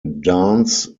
dance